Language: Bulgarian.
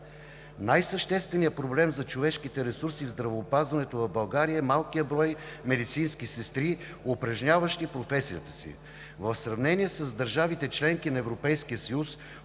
Най-същественият проблем за човешките ресурси и здравеопазването в България е малкият брой медицински сестри, упражняващи професията си. В сравнение с държавите – членки на Европейския съюз,